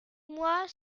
moi